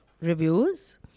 reviews